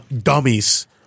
dummies